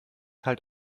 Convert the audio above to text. halt